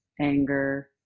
anger